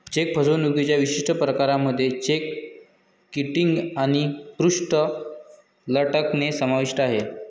check फसवणुकीच्या विशिष्ट प्रकारांमध्ये चेक किटिंग आणि पृष्ठ लटकणे समाविष्ट आहे